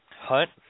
Hunt